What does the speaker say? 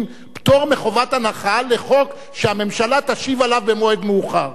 פטור מחובת הנחה לחוק שהממשלה תשיב עליו במועד מאוחר.